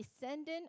descendant